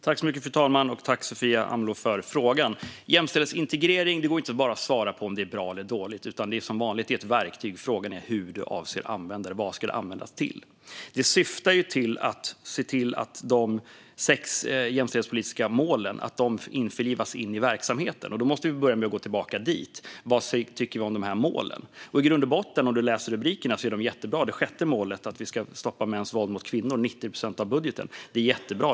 Fru talman! Tack, Sofia Amloh, för frågan! Det går ju inte att svara på om jämställdhetsintegrering bara är bra eller dåligt, utan det är ett verktyg. Frågan är hur man avser att använda det, vad det ska användas till. Det syftar ju till att se till att de sex jämställdhetspolitiska målen införlivas i verksamheten. Då måste vi gå tillbaka dit och fråga: Vad tycker vi om de här målen? I grund och botten, sett till rubrikerna, är de jättebra. Det sjätte målet, att vi ska stoppa mäns våld mot kvinnor - 90 procent av budgeten - är jättebra.